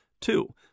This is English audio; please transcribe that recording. Two